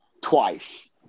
Twice